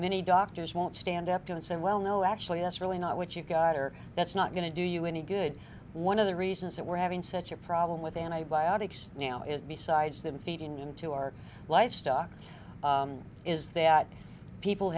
many doctors won't stand up to and said well no actually that's really not what you got or that's not going to do you any good one of the reasons that we're having such a problem with antibiotics now is besides them feeding into our life stuff is that people